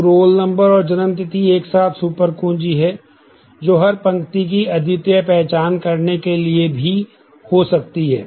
तो roll number और जन्म तिथि एक साथ एक सुपर कुंजी है जो हर पंक्ति की अद्वितीय पहचान करने के लिए भी हो सकती है